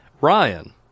Ryan